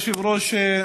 אדוני היושב-ראש,